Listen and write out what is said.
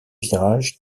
virages